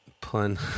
pun